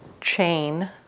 chain